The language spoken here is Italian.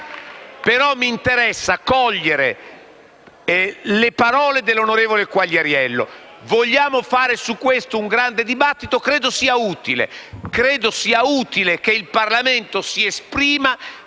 Mi interessa cogliere le parole dell'onorevole Quagliariello. Vogliamo fare su questo un grande dibattito? Credo sia utile che il Parlamento si esprima